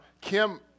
Kim